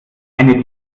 eine